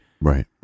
Right